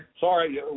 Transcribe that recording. Sorry